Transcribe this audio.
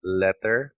letter